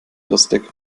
lustig